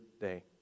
day